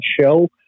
show